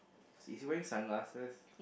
is he wearing sunglasses